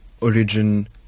origin